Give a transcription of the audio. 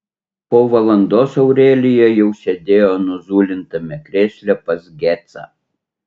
po valandos aurelija jau sėdėjo nuzulintame krėsle pas gecą